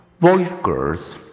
voyagers